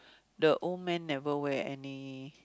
the old man never wear any